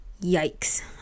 yikes